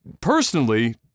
personally